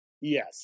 Yes